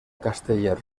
casteller